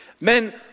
Men